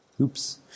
Oops